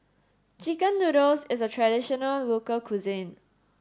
chicken noodles is a traditional local cuisine